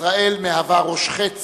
ישראל מהווה ראש חץ